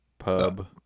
Pub